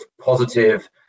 positive